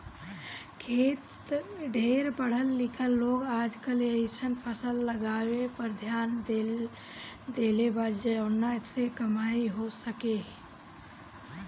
ढेर पढ़ल लिखल लोग आजकल अइसन फसल उगावे पर ध्यान देले बा जवना से कमाई हो सके